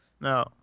No